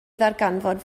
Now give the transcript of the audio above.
ddarganfod